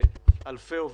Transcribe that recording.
באלפי עובדים,